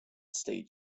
stay